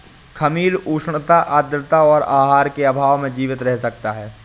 खमीर उष्णता आद्रता और आहार के अभाव में जीवित रह सकता है